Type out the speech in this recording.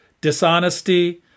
dishonesty